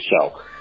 show